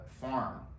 farm